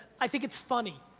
i think it's funny.